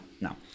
No